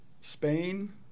Spain